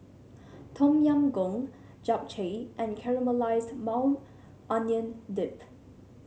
Tom Yam Goong Japchae and Caramelized Maui Onion Dip